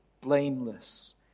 blameless